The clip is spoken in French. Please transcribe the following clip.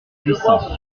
puissance